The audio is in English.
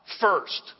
first